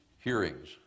hearings